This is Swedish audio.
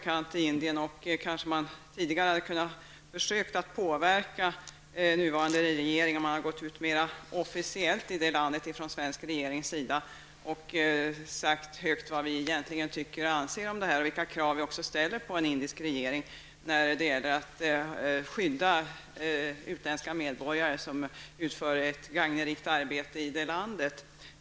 Kanske skulle man tidigare ha försökt att påverka nuvarande regering genom att mer officiellt i deras land uttala vad man från svensk regerings sida egentligen tycker och anser om rådande situation, samt uttala vilka krav vi ställer på en indisk regering när det gäller att skydda utländska medborgare, som utför ett gagneligt arbete i deras land.